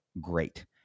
great